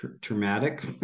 traumatic